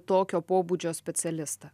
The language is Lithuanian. tokio pobūdžio specialistą